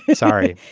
sorry.